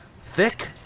thick